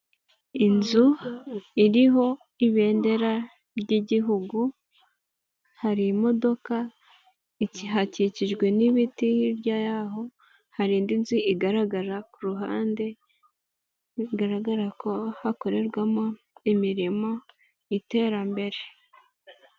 Inzu iriho ibendera ry'igihugu, hari imoda, hakikijwe n'ibiti hirya y'aho, hari indi nzu igaragara ku ruhande, bigaragara ko hakorerwamo imirimo y'iterambere.